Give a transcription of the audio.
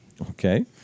Okay